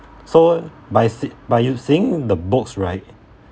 so by s~ by using the books right